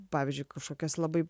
pavyzdžiui kažkokiose labai